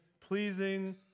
pleasing